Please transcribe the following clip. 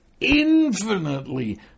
infinitely